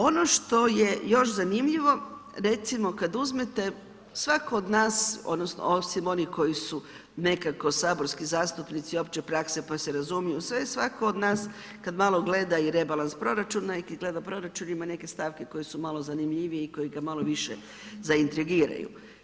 Ono što je još zanimljivo, recimo kad uzmete, svatko od nas, osim onih koji su nekako saborski zastupnici opće prakse pa se razumiju u sve, svatko od nas, kad malo gleda i rebalans proračuna i kad gleda proračun ima neke stavke koje su malo zanimljivije i koje ga malo više zaintrigiraju.